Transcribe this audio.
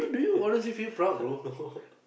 no